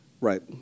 Right